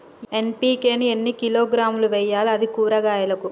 NPK ని ఎన్ని కిలోగ్రాములు వెయ్యాలి? అది కూరగాయలకు?